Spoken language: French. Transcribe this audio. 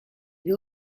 les